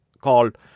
called